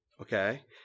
okay